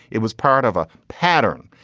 it was part of a pattern.